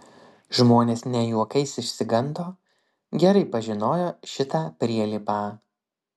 žmonės ne juokais išsigando gerai pažinojo šitą prielipą